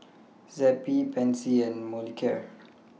Zappy Pansy and Molicare